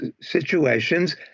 situations